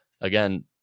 again